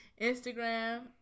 Instagram